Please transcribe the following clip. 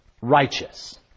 righteous